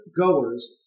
goers